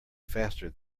faster